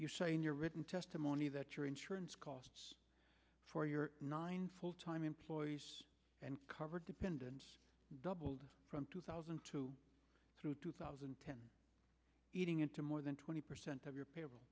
you're saying your written testimony that your insurance costs for your nine full time employees and cover dependents doubled from two thousand and two through two thousand and ten eating into more than twenty percent of your pa